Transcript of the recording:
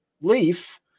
leaf